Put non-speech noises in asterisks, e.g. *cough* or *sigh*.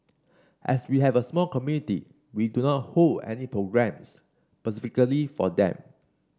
as we have a small community we do not hold any programmes *unintelligible* for them